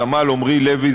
סמל עמרי לוי,